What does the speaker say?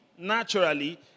Naturally